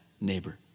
neighbor